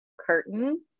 curtain